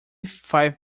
five